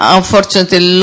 unfortunately